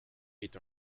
est